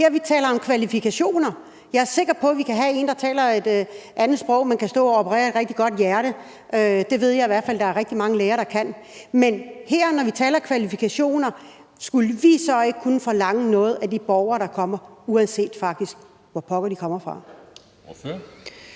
Her taler vi om kvalifikationer. Jeg er sikker på, at vi kan have en, der taler et andet sprog, men kan stå og operere et hjerte rigtig godt. Det ved jeg i hvert fald at der er rigtig mange læger der kan. Men når vi her taler kvalifikationer, skulle vi så ikke kunne forlange noget af de læger, der kommer, faktisk uanset hvor pokker de kommer fra?